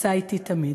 אשא אתי תמיד.